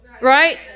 Right